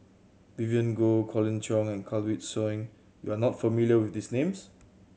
Vivien Goh Colin Cheong and Kanwaljit Soin you are not familiar with these names